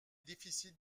déficits